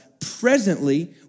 presently